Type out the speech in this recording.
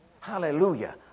Hallelujah